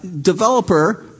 developer